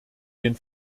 den